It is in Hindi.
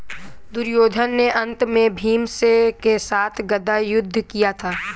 दुर्योधन ने अन्त में भीम के साथ गदा युद्ध किया था